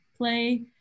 play